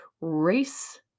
race